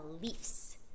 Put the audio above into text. beliefs